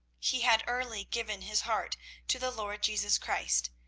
he had early given his heart to the lord jesus christ,